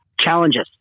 challenges